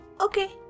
okay